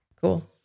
Cool